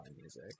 music